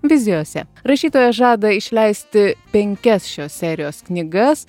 vizijose rašytoja žada išleisti penkias šios serijos knygas